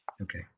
Okay